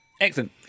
Excellent